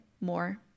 more